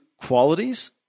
qualities